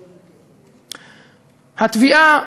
התביעה,